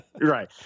right